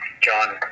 John